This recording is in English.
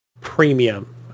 premium